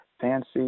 fancy